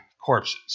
corpses